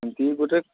କିଏ ଗୋଟେ